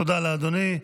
תודה לאדוני.